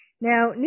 Now